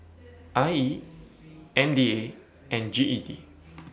I E M D A and G E D